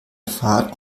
fahrt